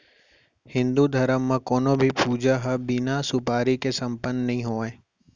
हिन्दू धरम म कोनों भी पूजा ह बिना सुपारी के सम्पन्न नइ होवय